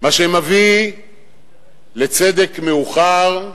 מה שמביא לצדק מאוחר,